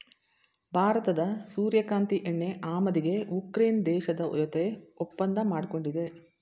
ಭಾರತದ ಸೂರ್ಯಕಾಂತಿ ಎಣ್ಣೆ ಆಮದಿಗೆ ಉಕ್ರೇನ್ ದೇಶದ ಜೊತೆಗೆ ಒಪ್ಪಂದ ಮಾಡ್ಕೊಂಡಿದೆ